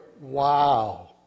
wow